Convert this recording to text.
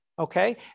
Okay